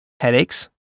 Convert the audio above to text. headaches